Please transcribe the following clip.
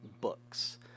books